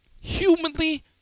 humanly